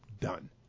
done